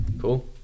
Cool